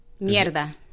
Mierda